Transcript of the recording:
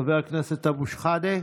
חבר הכנסת אבו שחאדה,